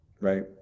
right